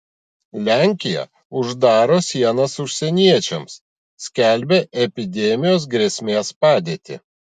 lenkija uždaro sienas užsieniečiams skelbia epidemijos grėsmės padėtį